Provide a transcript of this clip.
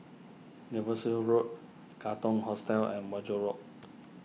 Devonshire Road Katong Hostel and Wajek Road